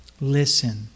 Listen